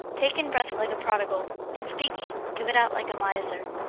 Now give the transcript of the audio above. take in breath like a prodigal in speaking, give it out like a miser.